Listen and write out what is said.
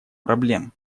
проблем